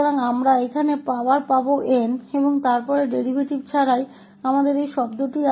तो हम यहाँ घात n प्राप्त करेंगे और फिर हमारे पास यह पद डेरीवेटिव के बिना होगा जिसे अब nn